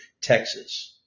Texas